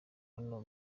hano